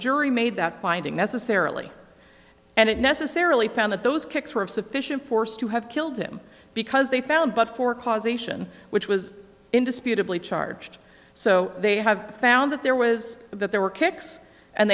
jury made that finding necessarily and it necessarily found that those kicks were of sufficient force to have killed him because they found but for causation which was indisputably charged so they have found that there was that there were kicks and